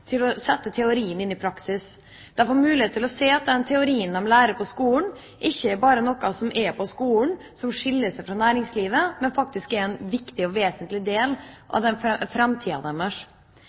til å sette teori ut i praksis. De får mulighet til å se at den teorien de lærer på skolen, ikke bare er noe som er der – noe som skiller seg fra næringslivet – men faktisk er en viktig og vesentlig del av